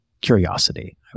curiosity